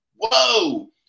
Whoa